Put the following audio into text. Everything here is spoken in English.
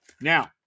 Now